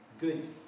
Good